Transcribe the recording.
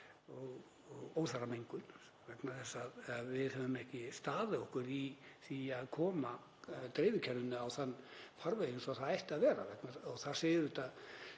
og óþarfamengun, vegna þess að við höfum ekki staðið okkur í því að koma dreifikerfinu í þann farveg sem það ætti að vera í. Það segir